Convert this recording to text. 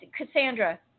Cassandra